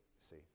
See